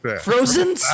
Frozen